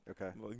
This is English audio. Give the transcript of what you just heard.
Okay